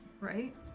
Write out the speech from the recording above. Right